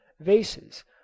vases